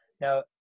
now